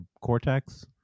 cortex